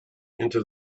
into